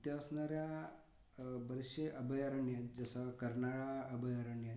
इथे असणाऱ्या बरेचसे अभयारण्यत जसं कर्नाळा अभयारण्य